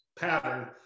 pattern